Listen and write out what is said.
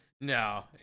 no